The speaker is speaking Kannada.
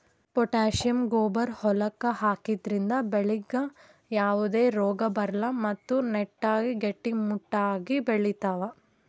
ಪೊಟ್ಟ್ಯಾಸಿಯಂ ಗೊಬ್ಬರ್ ಹೊಲಕ್ಕ್ ಹಾಕದ್ರಿಂದ ಬೆಳಿಗ್ ಯಾವದೇ ರೋಗಾ ಬರಲ್ಲ್ ಮತ್ತ್ ನೆಟ್ಟಗ್ ಗಟ್ಟಿಮುಟ್ಟಾಗ್ ಬೆಳಿತಾವ್